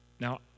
Now